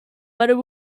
but